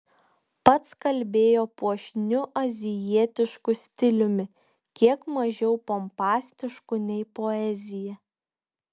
pats kalbėjo puošniu azijietišku stiliumi kiek mažiau pompastišku nei poezija